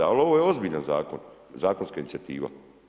Ali ovo je ozbiljan zakon, zakonska inicijativa.